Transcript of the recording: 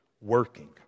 working